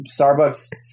Starbucks